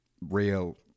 real